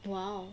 !wow!